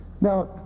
Now